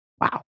Wow